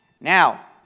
Now